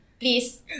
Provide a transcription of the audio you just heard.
Please